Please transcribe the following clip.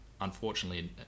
unfortunately